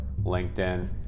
LinkedIn